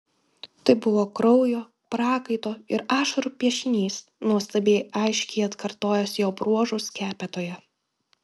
tai buvo kraujo prakaito ir ašarų piešinys nuostabiai aiškiai atkartojęs jo bruožus skepetoje